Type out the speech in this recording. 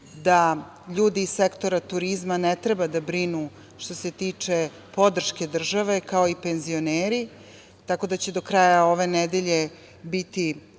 da ljudi iz sektora turizma ne treba da brinu što se tiče podrške države, kao i penzioneri, tako da će do kraja ove nedelje biti